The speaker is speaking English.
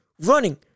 Running